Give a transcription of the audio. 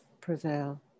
prevail